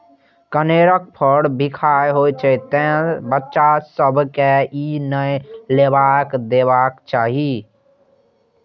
कनेरक फर बिखाह होइ छै, तें बच्चा सभ कें ई नै लेबय देबाक चाही